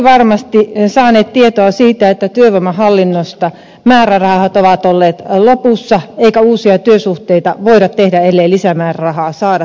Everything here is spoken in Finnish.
me olemme kaikki varmasti saaneet tietoa siitä että työvoimahallinnosta määrärahat ovat olleet lopussa eikä uusia työsuhteita voida tehdä ellei lisämäärärahaa saada työllisyyteen